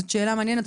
זאת שאלה מעניינת.